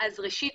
ראשית,